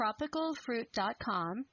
tropicalfruit.com